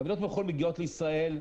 חבילות מחו"ל מגיעות לישראל,